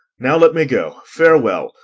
now let me go, farewell,